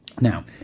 Now